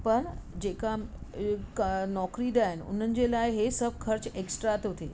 पर जेका नौकरी ॾांहं आहिनि हुननि जे लाइ हीअं सभु ख़र्चु एक्स्ट्रा थो थिए